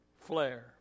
flare